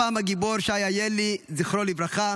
הפעם הגיבור הוא שי איילי, זכרו לברכה,